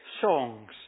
songs